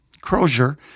Crozier